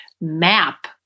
map